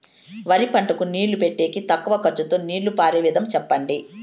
వరి పంటకు నీళ్లు పెట్టేకి తక్కువ ఖర్చుతో నీళ్లు పారే విధం చెప్పండి?